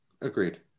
agreed